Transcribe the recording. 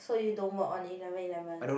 so you don't work on eleven eleven